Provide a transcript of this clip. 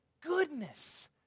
goodness